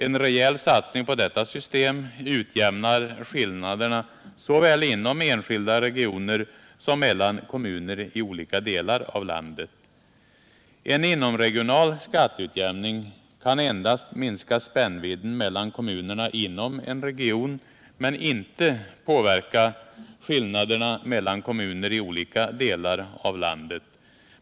En rejäl satsning på detta system utjämnar skillnaderna såväl inom enskilda regioner som mellan kommuner i olika delar av landet. En inomregional skatteutjämning kan endast minska spännvidden mellan kommunerna inom en region, inte påverka skillnaderna mellan kommuner i olika delar av landet.